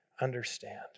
understand